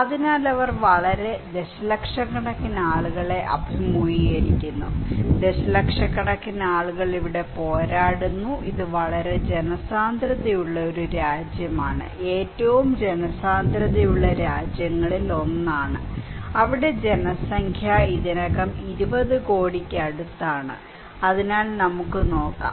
അതിനാൽ അവർ വളരെ ദശലക്ഷക്കണക്കിന് ആളുകളെ അഭിമുഖീകരിക്കുന്നു ദശലക്ഷക്കണക്കിന് ആളുകൾ ഇവിടെ പോരാടുന്നു ഇത് വളരെ ജനസാന്ദ്രതയുള്ള ഒരു രാജ്യമാണ് ഏറ്റവും ജനസാന്ദ്രതയുള്ള രാജ്യങ്ങളിലൊന്നാണ് അവിടെ ജനസംഖ്യ ഇതിനകം 20 കോടിക്ക് അടുത്താണ് അതിനാൽ നമുക്ക് നോക്കാം